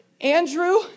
Andrew